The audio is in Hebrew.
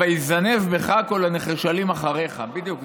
"ויזנב בך כל הנחשלים אחריך", בדיוק.